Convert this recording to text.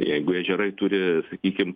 jeigu ežerai turi sakykim